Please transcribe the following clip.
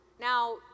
Now